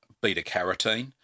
beta-carotene